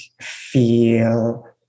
feel